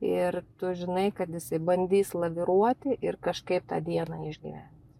ir tu žinai kad jisai bandys laviruoti ir kažkaip tą dieną išgyvent